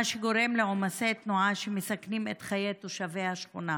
מה שגורם לעומסי תנועה שמסכנים את חיי תושבי השכונה.